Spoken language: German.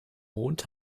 mond